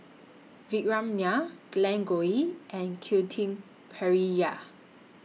Vikram Nair Glen Goei and Quentin Pereira